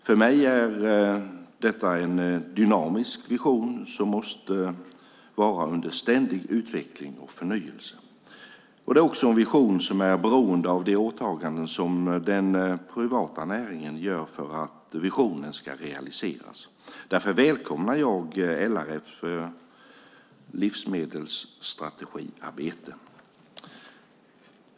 För mig är detta en dynamisk vision som måste vara under ständig utveckling och förnyelse. Det är också en vision som är beroende av de åtaganden som den privata näringen gör för att visionen ska realiseras. Därför välkomnar jag LRF:s livsmedelsstrategiarbete.